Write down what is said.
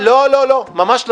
לא לא לא, ממש לא.